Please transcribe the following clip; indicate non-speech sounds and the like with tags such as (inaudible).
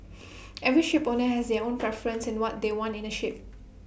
(noise) every shipowner has their own (noise) preference in what they want in A ship